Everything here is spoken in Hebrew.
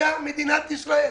שתדע מדינת ישראל,